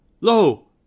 lo